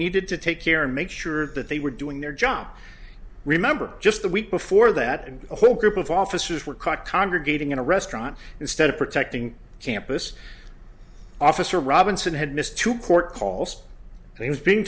needed to take care make sure that they were doing their job remember just the week before that and a whole group of officers were caught congregating in a restaurant instead of protecting campus officer robinson had missed two court calls and he's be